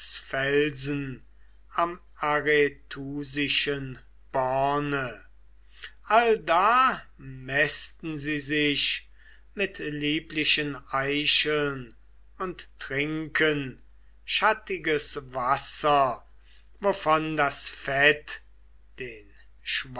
felsen am arethusischen borne allda mästen sie sich mit lieblichen eicheln und trinken schattiges wasser wovon das fett den